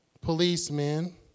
Policemen